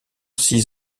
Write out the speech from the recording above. six